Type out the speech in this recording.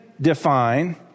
define